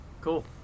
cool